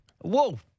Whoa